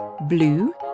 blue